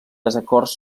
desacords